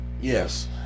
Yes